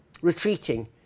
retreating